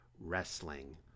wrestling